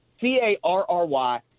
C-A-R-R-Y